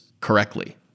correctly